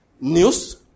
News